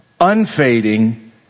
unfading